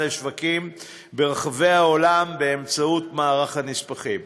לשווקים ברחבי העולם באמצעות מערך נספחים,